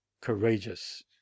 COURAGEOUS